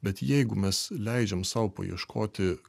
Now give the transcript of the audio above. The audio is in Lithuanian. bet jeigu mes leidžiam sau paieškoti